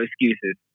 excuses